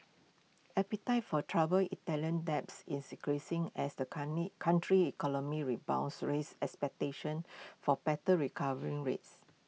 appetite for troubled Italian debts is increasing as the country's economy rebounds raises expectations for better recovery rates